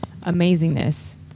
amazingness